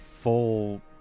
Full